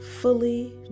fully